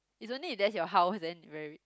is only that's your house then very